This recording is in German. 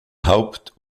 haupt